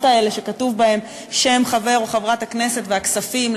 האלה שכתוב בהן שם חבר או חברת הכנסת והכספים,